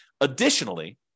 Additionally